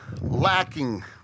lacking